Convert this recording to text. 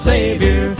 Savior